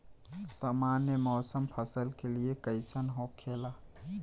सामान्य मौसम फसल के लिए कईसन होखेला?